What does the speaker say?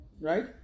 right